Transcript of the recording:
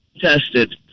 tested